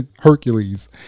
Hercules